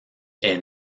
est